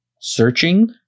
Searching